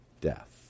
death